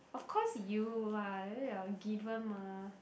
of course you lah given mah